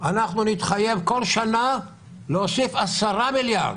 אנחנו נתחייב בכל שנה להוסיף 10 מיליארד